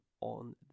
on